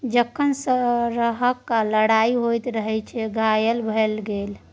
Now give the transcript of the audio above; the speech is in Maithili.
जखन सरहाक लड़ाइ होइत रहय ओ घायल भए गेलै